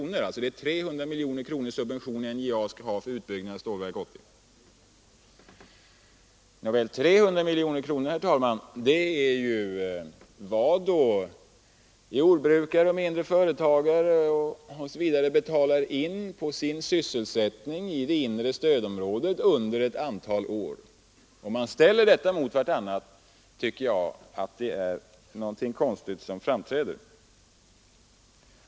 NJA skall alltså ha 300 miljoner kronor för utbyggnad av Stålverk 80, och dessa 300 miljoner kronor är vad jordbrukare och mindre företag och andra betalar in på sin sysselsättning i det inre stödområdet på några år. Om man ställer de två uppgifterna mot varandra tycker jag att det är något konstigt som framträder.